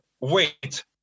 wait